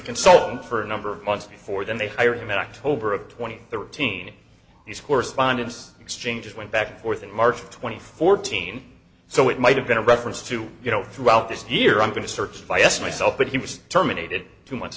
consultant for a number of months before then they hired him act over a twenty thirteen he's correspondence exchanges went back and forth in march of twenty four team so it might have been a reference to you know throughout this year i'm going to search for yes myself but he was terminated two months